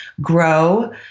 grow